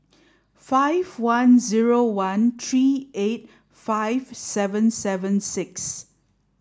five one zero one three eight five seven seven six